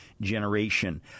Generation